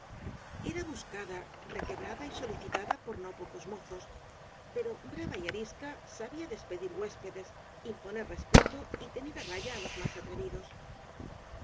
bus cada requebrada y solicitada por no pocos mozos pero brava y arisca sabía despedir huéspedes imponer respeto y tener á raya á los más atrevidos